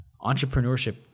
entrepreneurship